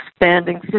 expanding